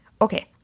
Okay